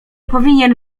powinien